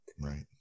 Right